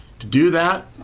to do that,